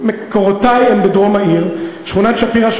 מקורותי הם בדרום העיר: שכונת שפירא,